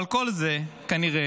אבל כל זה כנראה